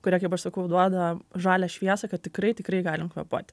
kurie kaip aš sakau duoda žalią šviesą kad tikrai tikrai galim kvėpuoti